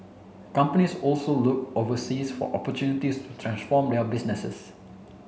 companies also look overseas for opportunities to transform their businesses